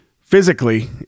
physically